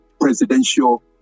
presidential